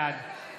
בעד